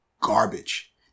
garbage